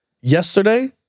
Yesterday